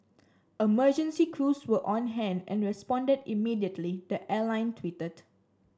emergency crews were on hand and responded immediately the airline tweeted